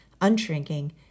Unshrinking